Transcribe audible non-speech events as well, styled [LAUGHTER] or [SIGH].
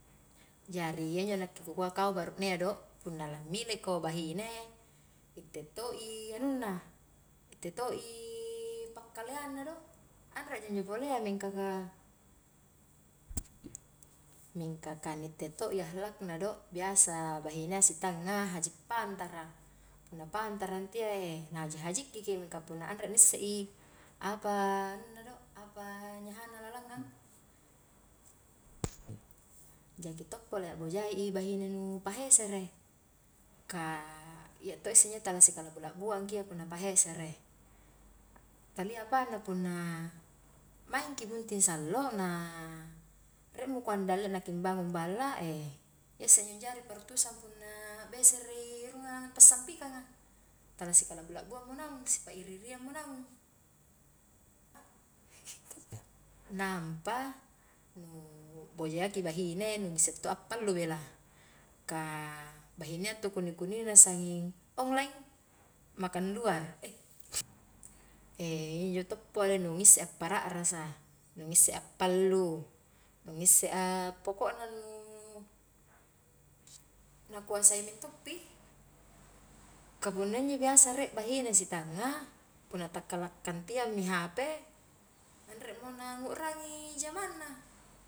Jari iya injo nakke kukua kau baru'nea do, lamileko bahine, itte to i anunna, itte to i pakkaleangna do, anreja injo pole mingka ka, mingka ka ni itte to i akhlakna do, biasa bahine a sitanga haji pantara, punna pantara intu iya [HESITATION] na haji-hajikkiki, mingka punna anre ni issei apa anungna do apa nyahana lalangngang, jaki to pole bojai bahine nu pahasere, ka iya to isse injo tala sikala'bu-la'buangki iya punna pahesere, talia apanna punna maingki bunting sallo na, [HESITATION] rie mukoang dalle naki bangung balla, [HESITATION] iya isse injo jari parutusan punna beserei rungang passiampikanga, tala sikala'bu-la'buangko naung, si pa iri-iriang mo naung, [LAUGHS] nampa nu bojayaki bahine nu ngisse to a pallu bela, ka bahinea intu kunni-kunnina, sanging onglaing, makan diluar eh, [HESITATION] injo tokpole nu ngissea para'rasa, nu ngisse a pallu, nu ngissea pokokna nu na kuasai mintoppi, ka punna injo biasa rie bahine sitanga, punna takkala kantiangmi hp, anremo na ngurangi jamangna.